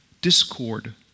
discord